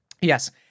Yes